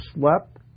slept